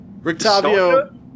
Rictavio